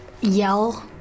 Yell